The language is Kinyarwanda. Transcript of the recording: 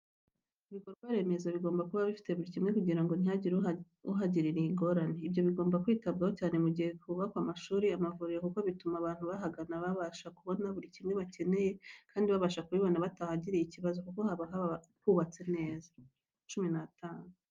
Ibikorwa remezo bigomba kuba bifite buri kimwe kugira ngo ntihagire uhagirira ingorane. Ibyo bigomba kwitabwaho cyane mu gihe hubakwa amashuri, amavuriro kuko bituma abantu bahagana babasha kubona buri kimwe bakeneye kandi bakabasha kubibona batahagiriye ikibazo, kuko haba hubatse neza.